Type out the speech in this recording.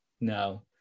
no